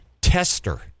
Tester